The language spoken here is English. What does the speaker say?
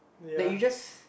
like you just